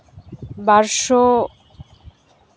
ᱵᱟᱨᱥᱚ